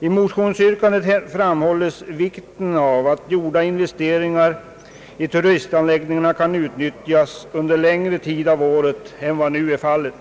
I motionsyrkandet framhålles vikten av att gjorda investeringar i turistanläggningarna kan utnyttjas under längre tid av året än vad nu är fallet.